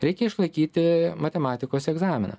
reikia išlaikyti matematikos egzaminą